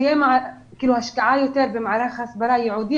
צריכה להיות יותר השקעה במערך הסברה ייעודית